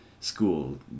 school